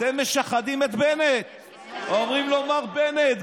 אתם משחדים את בנט ואומרים לו: מר בנט,